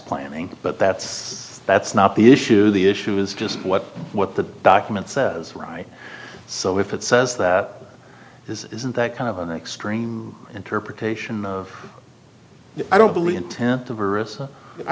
planning but that's that's not the issue the issue is just what what the document says right so if it says that is isn't that kind of an extreme interpretation of i don't believe in tenth of